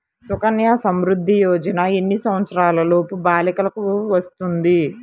సుకన్య సంవృధ్ది యోజన ఎన్ని సంవత్సరంలోపు బాలికలకు వస్తుంది?